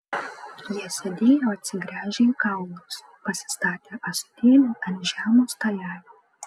jie sėdėjo atsigręžę į kalnus pasistatę ąsotėlį ant žemo stalelio